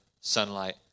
sunlight